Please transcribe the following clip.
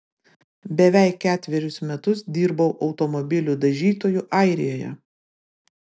beveik ketverius metus dirbau automobilių dažytoju airijoje